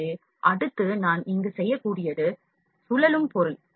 எனவே அடுத்து நான் இங்கு செய்யக்கூடியது சுழலும் பொருள்